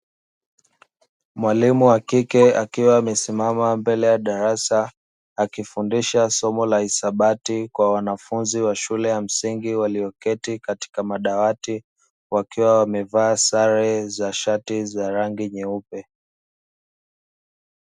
Mwalimu wa kike akiwa amesimama mbele ya darasa, akifundisha somo la hisabati kwa wanafunzi wa shule ya msingi walioketi katika madawati, wakiwa wamevaa sare za shati za rangi nyeupe.